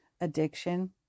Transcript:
addiction